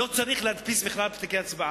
לא צריך להדפיס בכלל פתקי הצבעה.